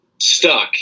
stuck